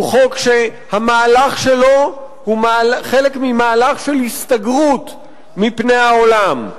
הוא חוק שהמהלך שלו הוא חלק ממהלך של הסתגרות מפני העולם,